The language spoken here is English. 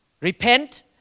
Repent